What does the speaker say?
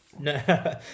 No